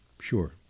Sure